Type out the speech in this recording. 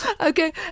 Okay